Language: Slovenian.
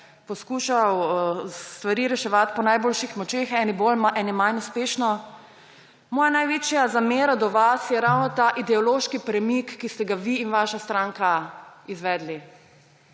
poskušal stvari reševati po najboljših močeh, eni bolj, eni manj uspešno. Moja največja zamera do vas je ravno ta ideološki premik, ki ste ga vi in vaša stranka izvedli.